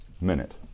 minute